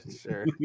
Sure